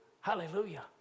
Hallelujah